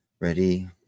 ready